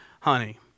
honey